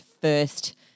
first